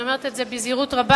ואני אומרת את זה בזהירות רבה,